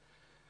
שנים.